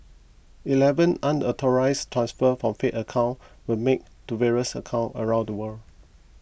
eleven unauthorised transfers from faith's account were made to various account around the world